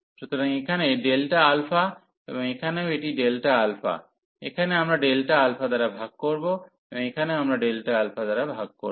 সুতরাং এখানে Δα এবং এখানেও এটি Δα এখানে আমরা Δα দ্বারা ভাগ করব এবং এখানেও আমরা Δα দ্বারা ভাগ করব